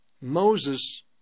Moses